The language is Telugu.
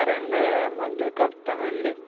సరే అండి మళ్ళీ కలుస్తాను అండి